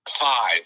Five